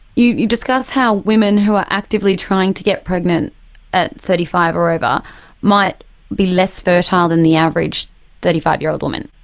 you you discuss how women who are actively trying to get pregnant at thirty five or over might be less fertile than the average thirty five year old woman.